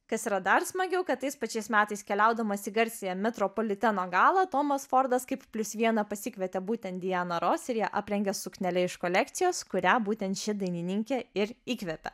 kas yra dar smagiau kad tais pačiais metais keliaudamas į garsiąją metropoliteno galą tomas fordas kaip plius vieną pasikvietė būtent dianą ros ir ją aprengė suknele iš kolekcijos kurią būtent ši dainininkė ir įkvepia